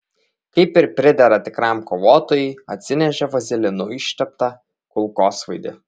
kaip ir pridera tikram kovotojui atsinešė vazelinu išteptą kulkosvaidį